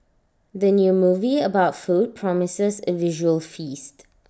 the new movie about food promises A visual feast